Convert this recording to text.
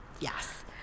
Yes